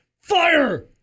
fire